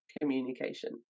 communication